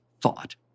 thought